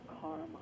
karma